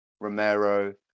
Romero